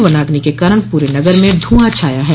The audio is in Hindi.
वनाग्नि के कारण पूरे नगर में धूंआ छाया है